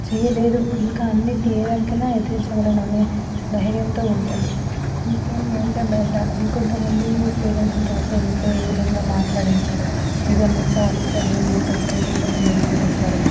చేయలేదు ఇంకా అన్నిటినీ ఏదానికైనా ఎదిరించగలను అనే దైర్యంతో ఉంటది ఇంకేంది అంటే బయట ఇంకొంతమంది పేరెంట్స్ ఉంటారు అసల ఇంట్లో ఏ విధంగా మాట్లాడించరు ఇక నువ్వు చాలు చదివింది ఇప్పటి వరకే ఇక పెళ్ళిళ్ళు చేసేస్తారు